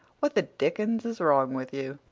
what the dickens is wrong with you?